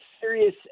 serious